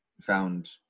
found